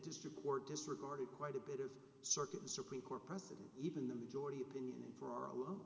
district court disregarded quite a bit of circuit the supreme court precedent even the majority opinion and for our